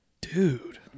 dude